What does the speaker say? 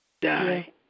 Die